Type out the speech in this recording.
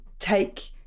take